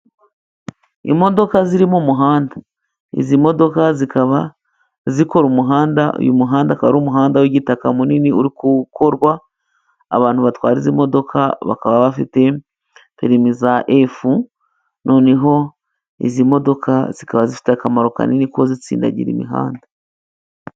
Imodoka ziri mu muhanda. Izi modoka zikaba zikora umuhanda. Uyu muhanda ukaba ari umuhanda w'igitaka munini, urigukorwa, abantu batwara izi imodoka bakaba bafite perime za efu, noneho izi modoka zikaba zifite akamaro kanini ko zitsindagira umuhanda.